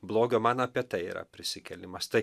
blogio man apie tai yra prisikėlimas tai